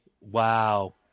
Wow